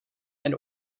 and